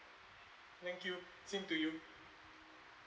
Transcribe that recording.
thank you same to you